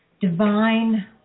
divine